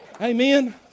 Amen